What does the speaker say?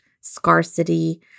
scarcity